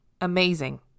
amazing